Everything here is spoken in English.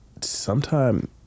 sometime